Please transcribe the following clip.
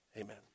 amen